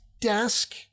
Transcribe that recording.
desk